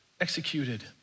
executed